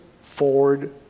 forward